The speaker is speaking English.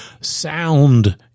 sound